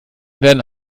werden